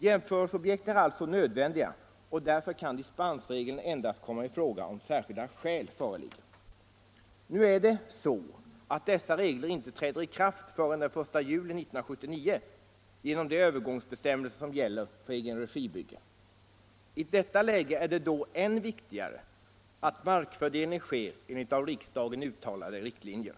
Jämförelseobjekt är alltså nödvändiga och därför kan dispensregeln endast komma i fråga om särskilda skäl föreligger. Nu är det så att dessa regler inte träder i kraft förrän den 1 juli 1979 125 genom de övergångsbestämmelser som gäller för egenregibyggen. I detta läge är det då än viktigare att markfördelning sker enligt av riksdagen uttalade riktlinjer.